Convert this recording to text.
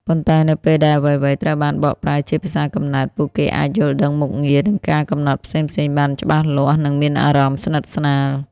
ប៉ុន្តែនៅពេលដែលអ្វីៗត្រូវបានបកប្រែជាភាសាកំណើត ពួកគេអាច យល់ដឹងមុខងារ និងការកំណត់ផ្សេងៗបានច្បាស់លាស់ និងមានអារម្មណ៍ស្និទ្ធស្នាល។